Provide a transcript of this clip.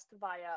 via